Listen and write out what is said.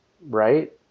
right